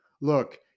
Look